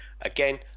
Again